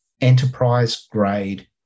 enterprise-grade